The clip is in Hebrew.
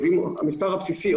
והמספר הבסיסי,